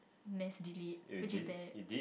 mass delete which is bad